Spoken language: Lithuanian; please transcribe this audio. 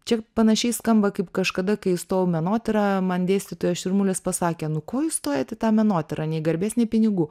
čia panašiai skamba kaip kažkada kai įstojau menotyrą man dėstytojas širmulis pasakė nu ko jūs stojat į tą menotyrą nei garbės nei pinigų